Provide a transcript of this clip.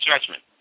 judgment